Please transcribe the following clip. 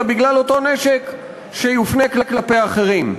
אלא בגלל אותו נשק שיופנה כלפי אחרים.